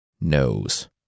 knows